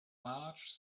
marge